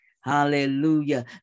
Hallelujah